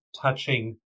Touching